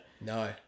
No